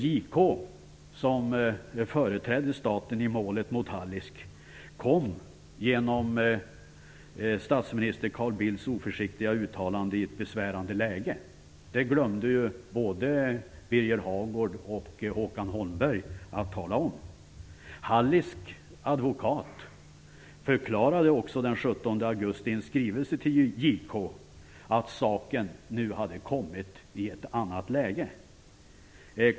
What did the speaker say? JK, som företrädde staten i målet mot Hallisk, kom genom statsminister Carl Bildts oförsiktiga uttalande i ett besvärligt läge. Det glömde både Birger Hagård och Håkan Holmberg att tala om! Hallisks advokat förklarade också den 17 augusti i en skrivelse till JK att saken nu hade kommit i ett annat läge.